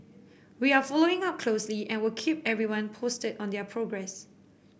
we are following up closely and will keep everyone posted on their progress